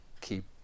keep